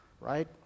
right